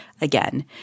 Again